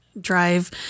drive